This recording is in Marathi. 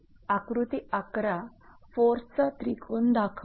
आकृती 11 फोर्सचा त्रिकोण दाखवते